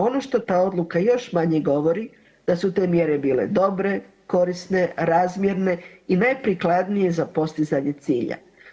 Ono što ta odluka još manje govori, da su te mjere bile dobre, korisne, razmjene i najprikladnije za postizanje cilja.